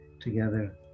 together